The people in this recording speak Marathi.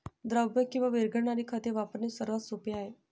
द्रव किंवा विरघळणारी खते वापरणे सर्वात सोपे आहे